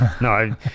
No